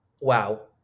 wow